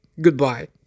Goodbye